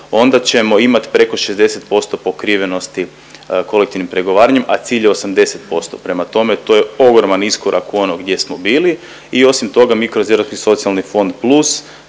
onda ćemo imat preko 60% pokrivenosti kolektivnim pregovaranjem, a cilj je 80%. Prema tome, to je ogroman iskorak ono gdje smo bili i osim toga mi kroz …/Govornik se